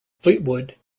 fleetwood